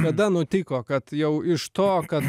kada nutiko kad jau iš to kad